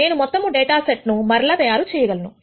నేను మొత్తము data set ను మరల తయారు చేయగలను